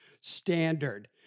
standard